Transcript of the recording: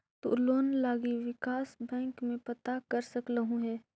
तु लोन लागी विकास बैंक में पता कर सकलहुं हे